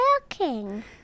working